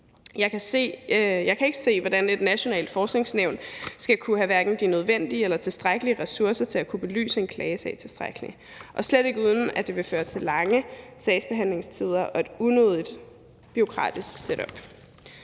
Jeg kan ikke se, hvordan et nationalt forskningsnævn skal kunne have de nødvendige eller tilstrækkelige ressourcer til at kunne belyse en klagesag tilstrækkeligt, og slet ikke uden at det vil føre til lange sagsbehandlingstider og et unødigt bureaukratisk setup.